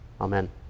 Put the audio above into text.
Amen